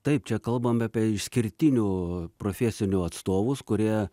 taip čia kalbam apie išskirtinių profesinių atstovus kurie